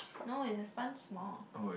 no it's the sponge small